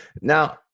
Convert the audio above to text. now